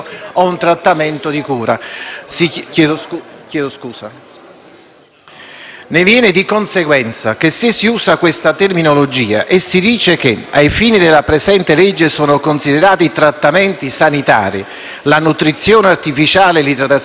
di cura. Ne consegue che se si usa questa terminologia e si dice che «Ai fini della presente legge, sono considerati trattamenti sanitari la nutrizione artificiale e l'idratazione artificiale», io sottopongo alla vostra attenzione questa riflessione: